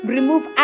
Remove